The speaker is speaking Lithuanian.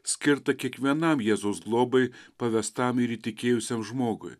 skirtą kiekvienam jėzaus globai pavestam ir įtikėjusiam žmogui